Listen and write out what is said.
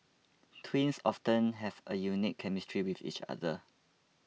twins often have a unique chemistry with each other